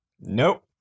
Nope